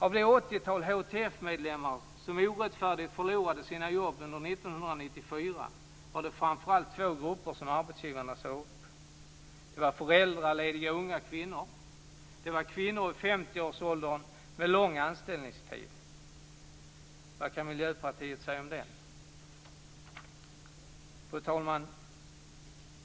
Av det åttiotalet HTF-medlemmar som orättfärdigt förlorade sina jobb under 1994 var det framför allt två grupper som arbetsgivarna sade upp, nämligen föräldralediga unga kvinnor och kvinnor i 50-årsåldern med lång anställningstid. Vad säger Miljöpartiet om det? Fru talman!